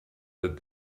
that